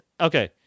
okay